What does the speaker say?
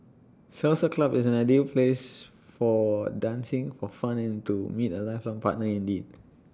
salsa club is an ideal place for dancing for fun and to meet A lifelong partner indeed